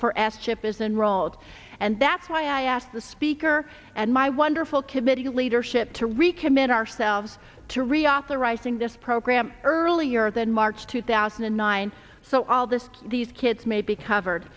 for ass chip is unrolled and that's why i asked the speaker and my wonderful committee leadership to recommit ourselves to reauthorizing this program earlier than march two thousand and nine so all this these kids may be covered